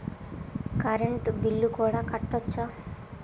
Current bill కూడా కట్టొచ్చా?